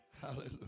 Hallelujah